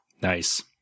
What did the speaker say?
Nice